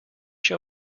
show